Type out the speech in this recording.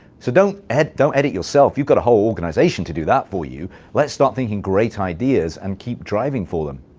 so don't edit don't edit yourself. you've got a whole organization to do that for you. let's start thinking great ideas and keep driving for them.